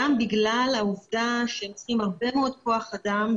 גם בגלל העובדה שצריכים הרבה מאוד כוח אדם,